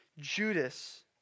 Judas